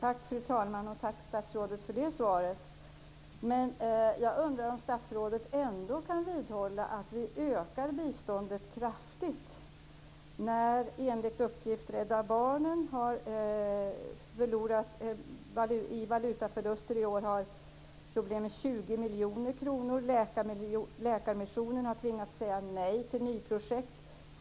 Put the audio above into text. Fru talman! Tack statsrådet för svaret. Jag undrar om statsrådet ändå kan vidhålla att vi ökar biståndet kraftigt. Enligt uppgift har Rädda Barnen i år gjort valutaförluster och har problem med 20 miljoner kronor. Läkarmissionen har tvingats säga nej till nya projekt.